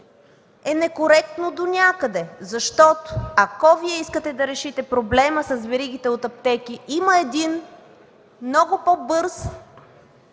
е некоректно донякъде, защото ако Вие искате да решите проблема с веригите от аптеки, има много по-бърз